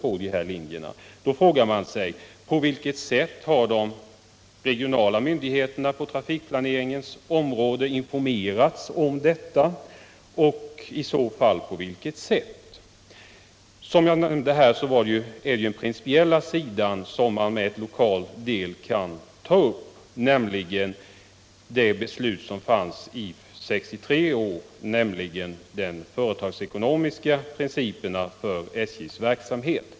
Då detta är regionaltrafik frågar man sig: Har de regionala myndigheterna för trafikplaneringen informerats om detta och på vilket sätt? Som jag nämnde kan man ta upp den principiella sidan från lokal synpunkt. Det gäller beslutet som togs 1963 om företagsekonomiska principer för SJ:s verksamhet.